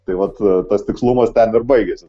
tai vat tas tikslumas ten ir baigiasi